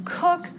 cook